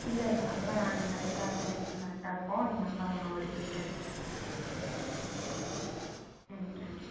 இல்லயில்ல அதெல்லாம் நாங்கள் கரெக்டாக டைமிங்க்கில் கரெக்டாக இருப்போம் நீங்கள் அதெல்லாம் ஒன்றும் ஒரி பண்ணிக்காதீங்க ம் தேங்க் யூ